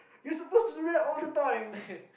you're supposed to do that all the time